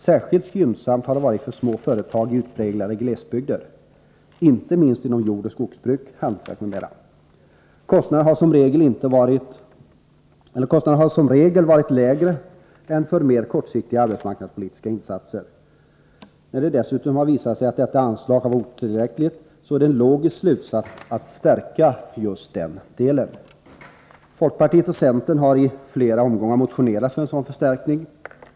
Särskilt gynnsamt har detta varit för små företag i utpräglade glesbygder, inte minst inom jordoch skogsbruk, hantverk m.m. Kostnaden har som regel varit lägre än för mer kortsiktiga arbetsmarknadspolitiska insatser. När det dessutom har visat sig att detta anslag har varit otillräckligt, är det en logisk slutsats att stärka just den delen. 14 Folkpartiet och centern har i flera omgångar motionerat om en sådan förstärkning.